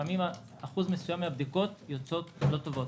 לפעמים אחוז מסוים של הבדיקות יוצא לא טוב.